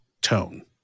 tone